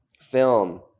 film